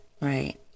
right